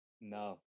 No